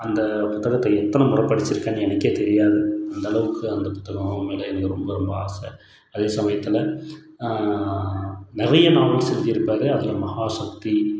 அந்த புத்தகத்தை எத்தனை முறை படித்திருக்கேனு எனக்கே தெரியாது அந்தளவுக்கு அந்த புத்தகம் உண்மையிலே எனக்கு ரொம்ப ரொம்ப ஆசை அதே சமயத்தில் நிறைய நாவல்ஸ் எழுதியிருப்பாரு அதில் மஹாசக்தி